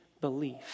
belief